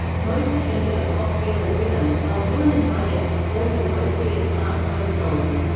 most attempted a pop feel and rhythm, while dylan and baez performed them mostly as sparse folk songs.